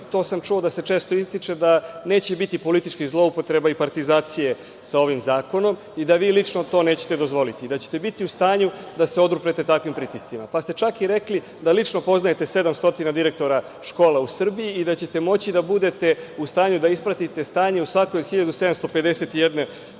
to sam čuo da se često ističe da neće biti političkih zloupotreba i partizacije sa ovim zakonom i da vi lično to nećete dozvoliti i da ćete biti u stanju da se oduprete takvim pritiscima, pa ste čak i rekli da lično poznajete 700 direktora škola u Srbiji i da ćete moći da budete u stanju da ispratite stanje u svakoj od 1751, kako